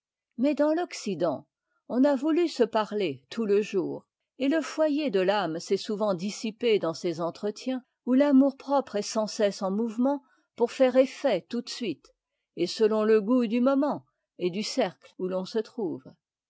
mais dans l'occident on a voulu se parler tout le jour et le foyer de l'âme s'est souvent dissipé dans ces entretiens où l'amour-propre est sans cesse en mouvement pour faire effet tout de suite et selon le goût du moment et du cercle où l'on se trouve